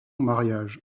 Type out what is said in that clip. mariage